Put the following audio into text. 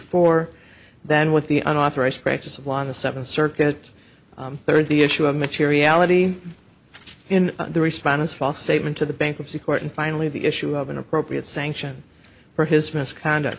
four then with the un authorized practice of law on the seventh circuit third the issue of materiality in the response false statement to the bankruptcy court and finally the issue of an appropriate sanction for his misconduct